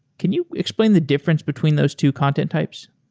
can you explain the difference between those two content types?